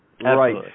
Right